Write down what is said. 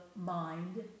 mind